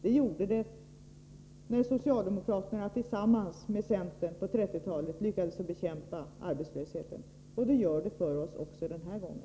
Det gjorde det när socialdemokraterna tillsammans med centern på 1930-talet lyckades bekämpa arbetslösheten. Det gör det för oss också den här gången.